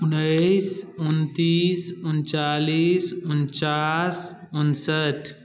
उन्नैस उनतीस उनचालिस उनचास उनसठि